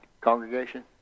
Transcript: congregation